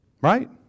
Right